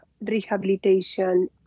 rehabilitation